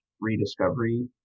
rediscovery